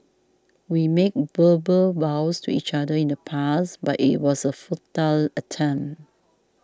we made verbal vows to each other in the past but it was a futile attempt